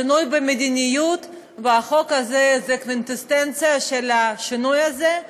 שינוי במדיניות, והחוק הזה תואם את השינוי הזה,